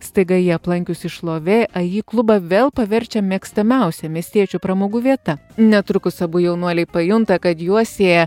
staiga jį aplankiusi šlovė aiji klubą vėl paverčia mėgstamiausia miestiečių pramogų vieta netrukus abu jaunuoliai pajunta kad juos sieja